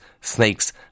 snakes